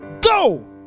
go